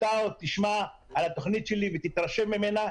אתה עוד תשמע על התוכנית שלי ותתרשם ממנה,